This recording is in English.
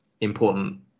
important